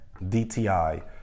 DTI